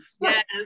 Yes